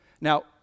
Now